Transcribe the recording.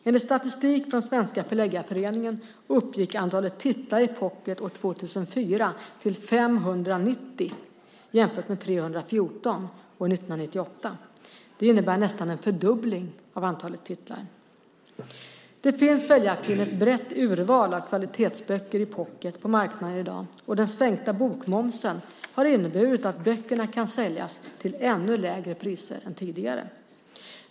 Enligt statistik från Svenska Förläggareföreningen uppgick antalet titlar i pocket år 2004 till 590, jämfört med 314 år 1998. Det innebär nästan en fördubbling av antalet titlar. Det finns följaktligen ett brett urval av kvalitetsböcker i pocket på marknaden i dag, och den sänkta bokmomsen har inneburit att böckerna kan säljas till ännu lägre priser än tidigare.